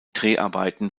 dreharbeiten